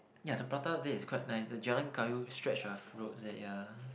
ya the prata there is quite nice the Jalan-Kayu stretch of roads there yeah